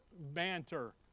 banter